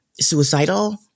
suicidal